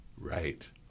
Right